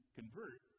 convert